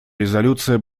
резолюция